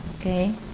Okay